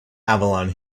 avalon